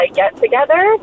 get-together